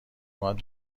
اومد